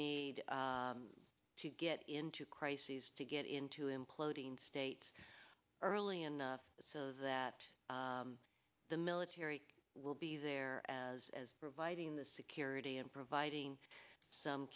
need to get into crises to get into imploding state early enough so that the military will be there as as providing the security and providing some